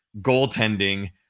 goaltending